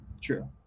true